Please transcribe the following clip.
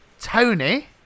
Tony